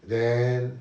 then